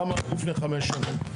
כמה היה לפני חמש שנים?